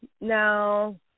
now